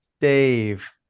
Dave